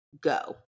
go